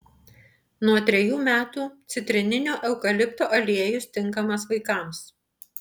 nuo trejų metų citrininio eukalipto aliejus tinkamas vaikams